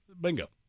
bingo